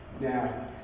Now